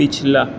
پچھلا